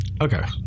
Okay